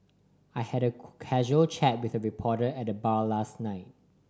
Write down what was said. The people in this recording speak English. I had a casual chat with a reporter at the bar last night